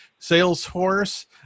Salesforce